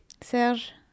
Serge